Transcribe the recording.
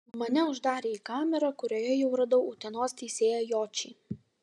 mane uždarė į kamerą kurioje jau radau utenos teisėją jočį